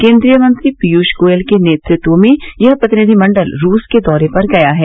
केन्द्रीय मंत्री पीयूष गोयल के नेतृत्व में यह प्रतिनिधिमंडल रूस के दौरे पर गया है